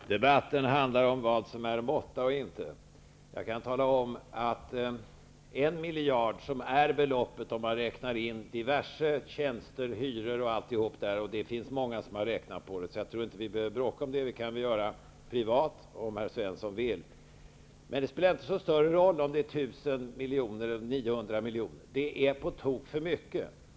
Fru talman! Debatten handlar om vad som är måtta och vad som inte är det. Om man räknar in diverse tjänster, hyror och annat är det aktuella beloppet en miljard. Många har räknat på detta, så jag tror inte att vi här behöver bråka om det -- vi kan möjligtvis göra det privat om herr Svensson vill. Men det spelar inte någon större roll om det är fråga om 1 000 miljoner eller 900 miljoner -- det är på tok för mycket.